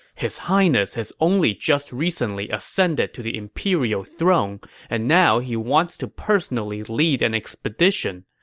his highness has only just recently ascended to the imperial throne and now he wants to personally lead an expedition.